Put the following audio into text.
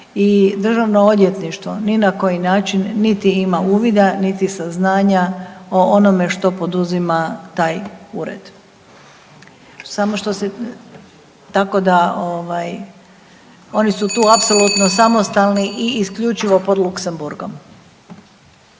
Državno odvjetništvo ni na koji način niti ima uvida niti saznanja o onome što poduzima taj ured. Samo što se …. Tako da ovaj, oni su tu apsolutno samostalni i isključivo pod Luksemburgom.